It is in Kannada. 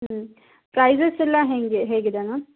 ಹ್ಞೂ ಪ್ರೈಸಸ್ ಎಲ್ಲ ಹೇಗೆ ಹೇಗಿದೆ ಮ್ಯಾಮ್